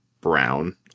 brown